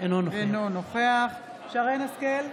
אינו נוכח שרן מרים השכל,